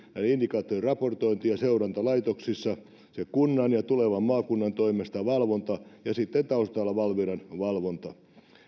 indikaattorien raportointi ja seuranta laitoksissa sen kunnan ja tulevan maakunnan toimesta valvonta ja sitten taustalla valviran valvonta